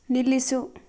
ನಿಲ್ಲಿಸು